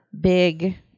big